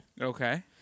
Okay